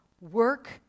work